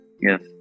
yes